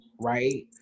right